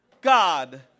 God